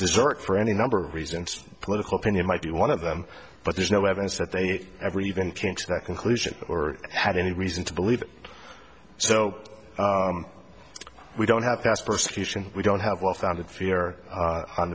desert for any number of reasons political opinion might be one of them but there's no evidence that they ever even came to that conclusion or had any reason to believe so we don't have fast persecution we don't have well founded fear